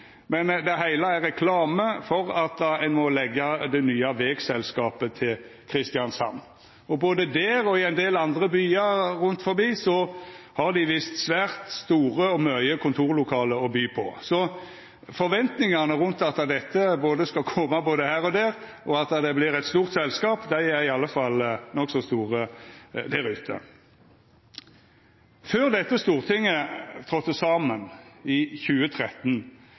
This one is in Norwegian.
men det heile er reklame for at ein må leggja det nye vegselskapet til Kristiansand. Både der og i ein del andre byar rundt om har dei visst svært store og mange kontorlokale å by på, så forventningane til at dette skal koma både her og der, og at det vert eit stort selskap, er i alle fall nokså store. Før dette stortinget tredde saman i 2013,